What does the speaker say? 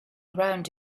around